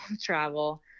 travel